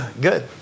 Good